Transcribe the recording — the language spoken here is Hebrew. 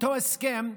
באותו הסכם,